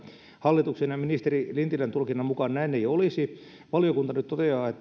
hallituksen ja ministeri lintilän tulkinnan mukaan näin ei olisi valiokunta toteaa nyt että